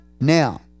Now